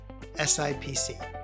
SIPC